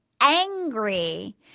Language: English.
angry